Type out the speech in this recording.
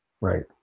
right